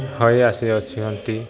ହୋଇ ଆସିଅଛନ୍ତି